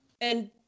And-